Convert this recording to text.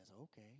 okay